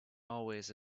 always